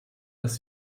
dass